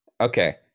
Okay